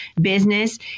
business